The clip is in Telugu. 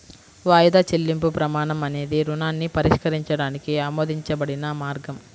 వాయిదా చెల్లింపు ప్రమాణం అనేది రుణాన్ని పరిష్కరించడానికి ఆమోదించబడిన మార్గం